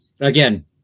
again